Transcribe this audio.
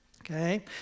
okay